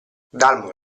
dalmor